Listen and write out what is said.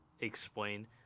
explain